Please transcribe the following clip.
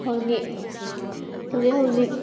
ꯑꯩꯈꯣꯏꯒꯤ ꯍꯧꯖꯤꯛ ꯍꯧꯖꯤꯛ